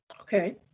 okay